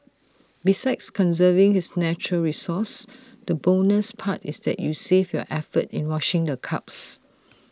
besides conserving this natural resource the bonus part is that you save your effort in washing the cups